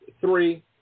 Three